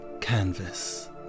canvas